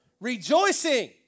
rejoicing